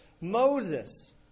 Moses